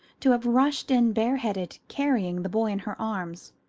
to have rushed in bareheaded, carrying the boy in her arms,